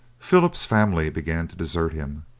philip's family began to desert him.